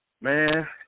Man